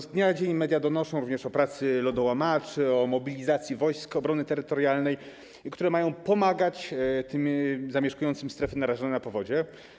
Z dnia na dzień media donoszą również o pracy lodołamaczy, o mobilizacji Wojsk Obrony Terytorialnej, które mają pomagać zamieszkującym strefy narażone na powodzie.